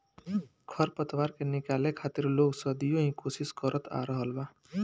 खर पतवार के निकाले खातिर लोग सदियों ही कोशिस करत आ रहल बा